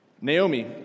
Naomi